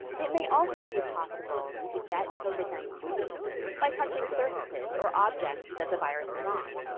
it may also be possible to get covid nineteen by touching surfaces or objects that the virus is on,